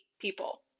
people